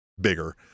bigger